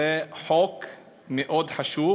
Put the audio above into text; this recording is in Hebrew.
זה חוק מאוד חשוב,